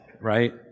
Right